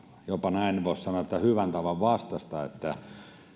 jopa näin voisi sanoa hyvän tavan vastaista että